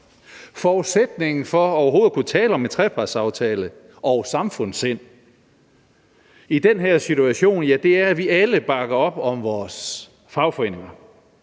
Forudsætningen for overhovedet at kunne tale om en trepartsaftale og samfundssind i den her situation er, at vi alle bakker op om vores fagforeninger.